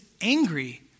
angry